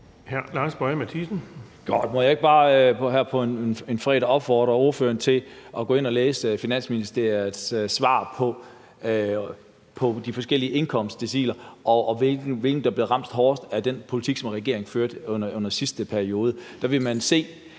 Lars Boje Mathiesen (UFG): Godt, må jeg ikke bare her på en fredag opfordre ordføreren til at gå ind og læse Finansministeriets svar på det med de forskellige indkomstdeciler, og hvilke grupper der bliver ramt hårdest af den politik, som regeringen førte i den sidste periode. Der vil man se,